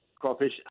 Crawfish